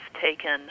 taken